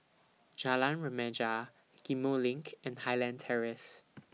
Jalan Remaja Ghim Moh LINK and Highland Terrace